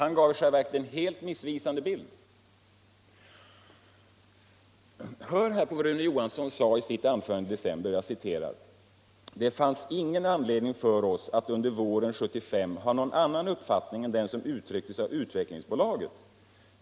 Han gav i själva verket en helt missvisande bild. Hör här vad Rune Johansson sade i sitt anförande i december: ”Det fanns ingen anledning för oss att under våren 1975 ha någon annan uppfattning än den som uttrycktes av Utvecklingsbolaget.